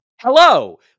Hello